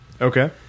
Okay